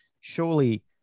Surely